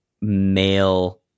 male